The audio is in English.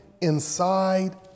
inside